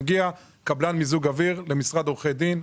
מגיע קבלן מיזוג אוויר למשרד עורכי דין,